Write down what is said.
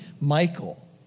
Michael